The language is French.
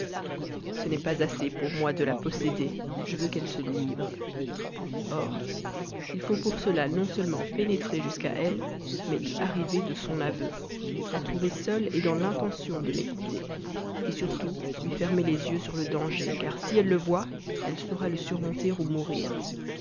ce n'est pas assez pour moi de la posséder je veux qu'elle se livre or il faut pour cela non seulement pénétrer jusqu'à elle mais y arriver de son aveu la trouver seule dans l'intention de m'écouter surtout lui fermer les yeux sur le danger car si elle le voit elle saura le surmonter ou mourir